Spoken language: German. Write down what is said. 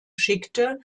schickte